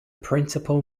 principle